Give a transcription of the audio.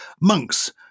monks